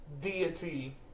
deity